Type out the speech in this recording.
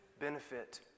benefit